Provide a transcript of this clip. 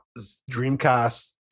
Dreamcast